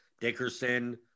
Dickerson